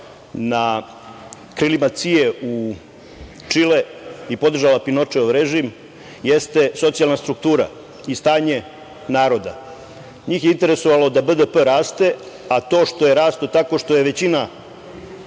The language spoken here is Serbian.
na krilima CIA u Čile i podržala Pinočeov režim, jeste socijalna struktura i stanje naroda. Njih je interesovalo da BDP raste, a to što je rastao tako što je većina